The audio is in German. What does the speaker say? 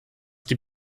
die